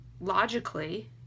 logically